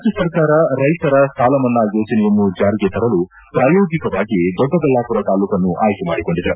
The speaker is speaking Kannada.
ರಾಜ್ಯ ಸರ್ಕಾರ ರೈತರ ಸಾಲ ಮನ್ನಾ ಯೋಜನೆಯನ್ನು ಚಾರಿಗೆ ತರಲು ಪ್ರಾಯೋಗಿಕವಾಗಿ ದೊಡ್ಡಬಳ್ಳಾಪುರ ತಾಲ್ಲೂಕನ್ನು ಆಯ್ಕೆ ಮಾಡಿಕೊಂಡಿದೆ